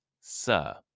Sir